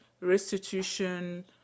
restitution